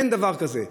אין דבר כזה.